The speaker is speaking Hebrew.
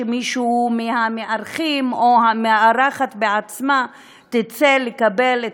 שמישהו מהמארחים או המארחת בעצמה תצא לקבל את